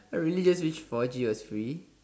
I really just wish four G was free